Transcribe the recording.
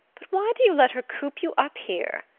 but why do you let her coop you up here?